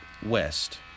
west